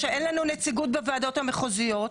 אין לנו נציגות בוועדות המחוזיות.